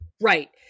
right